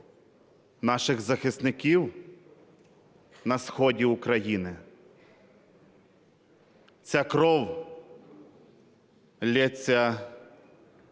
наших захисників на сході України. Це кров ллється